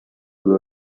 blew